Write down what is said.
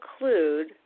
include